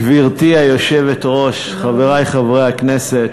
גברתי היושבת-ראש, חברי חברי הכנסת,